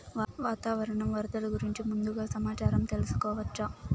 వాతావరణం వరదలు గురించి ముందుగా సమాచారం తెలుసుకోవచ్చా?